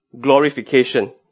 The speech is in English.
glorification